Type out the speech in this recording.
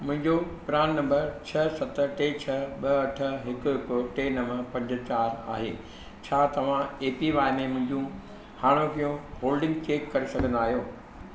मुंहिंजो PRAN number छह सत टे छह ॿ अठ हिकु हिकु टे नव पंज चारि आहे छा तव्हां ए पी वाए में मुहिंजूं हाणोकियूं होल्डिंग चैक करे सघंदा आहियो